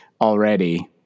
already